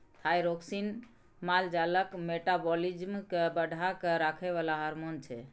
thyroxine माल जालक metabolism केँ बढ़ा कए राखय बला हार्मोन छै